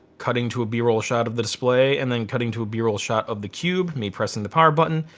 cutting to a b-roll shot of the display and then cutting to a b-roll shot of the cube. me pressing the power button.